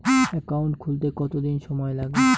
Account খুলতে কতদিন সময় লাগে?